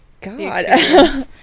god